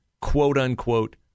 quote-unquote